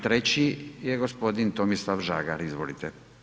Treći je gospodin Tomislav Žagar, izvolite.